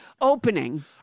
Opening